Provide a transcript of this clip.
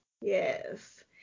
Yes